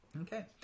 okay